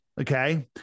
Okay